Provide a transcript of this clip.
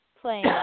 playing